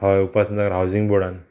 हय उपासनगर हावजींग बोर्डान